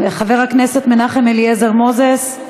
חבר הכנסת מנחם אליעזר מוזס,